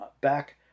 back